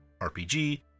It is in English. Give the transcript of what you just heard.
RPG